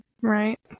Right